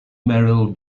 merrill